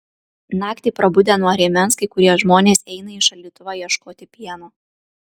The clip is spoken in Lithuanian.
naktį prabudę nuo rėmens kai kurie žmonės eina į šaldytuvą ieškoti pieno